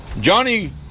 Johnny